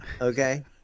okay